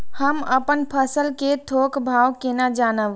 हम अपन फसल कै थौक भाव केना जानब?